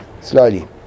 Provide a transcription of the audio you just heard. slowly